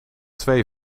twee